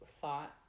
thought